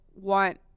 want